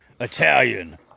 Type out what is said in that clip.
Italian